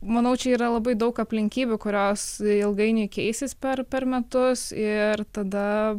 manau čia yra labai daug aplinkybių kurios ilgainiui keisis per per metus ir tada